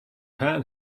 pan